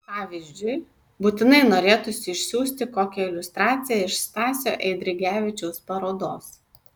pavyzdžiui būtinai norėtųsi išsiųsti kokią iliustraciją iš stasio eidrigevičiaus parodos